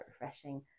refreshing